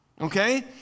okay